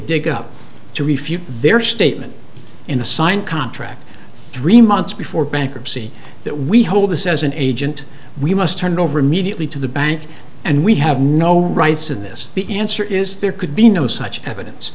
dig up to refute their statement in a signed contract three months before bankruptcy that we hold this as an agent we must turn over immediately to the bank and we have no rights in this the answer is there could be no such evidence